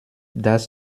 dass